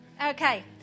Okay